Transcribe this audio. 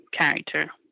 character